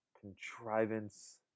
contrivance